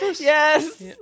Yes